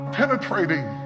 penetrating